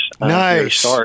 Nice